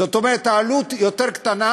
זאת אומרת, העלות יותר קטנה,